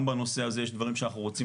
גם בנושא הזה יש דברים שאנחנו רוצים